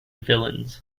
villains